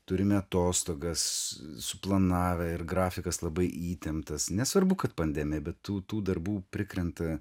turime atostogas suplanavę ir grafikas labai įtemptas nesvarbu kad pandemija bet tų darbų prikrenta